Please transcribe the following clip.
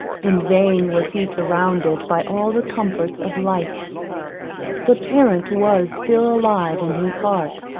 in vain was he surrounded by all the comforts of life the parent was still alive in his heart,